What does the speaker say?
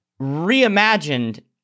reimagined